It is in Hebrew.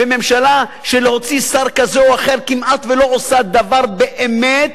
ממשלה שלהוציא שר כזה או אחר כמעט לא עושה דבר באמת,